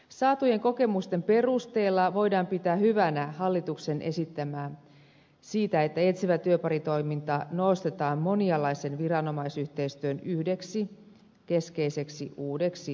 saatujen kokemusten perusteella voidaan pitää hyvänä hallituksen esittämää siitä että etsivä työparitoiminta nostetaan monialaisen viranomaisyhteistyön yhdeksi keskeiseksi uudeksi toimintamuodoksi